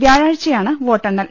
വ്യാഴാഴ്ചയാണ് വോട്ടെണ്ണൽ